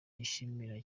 yishimira